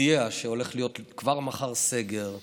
הודיעה שהולך להיות כבר מחר סגר.